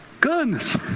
Goodness